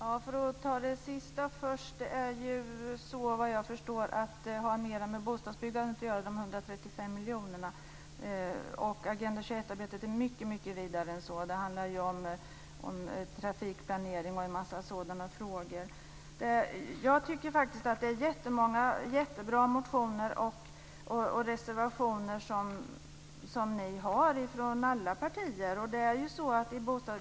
Herr talman! För att ta det sista först har de 135 miljonerna mer med bostadsbyggandet att göra. Agenda 21-arbetet är mycket vidare än så. Det handlar om trafikplanering och sådana frågor. Jag tycker att vi har många bra motioner och reservationer från alla partier.